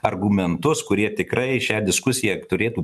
argumentus kurie tikrai šią diskusiją turėtų